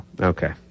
Okay